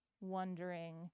wondering